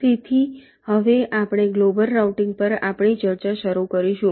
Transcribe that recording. તેથી હવે આપણે ગ્લોબલ રાઉટીંગ પર આપણી ચર્ચા શરૂ કરીશું